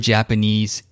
Japanese